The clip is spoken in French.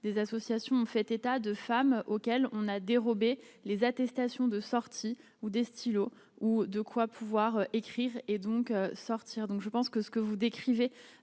des associations ont fait état de femmes auxquelles on a dérobé les attestations de sortie ou des stylos ou de quoi pouvoir écrire et donc sortir, donc je pense que ce que vous décrivez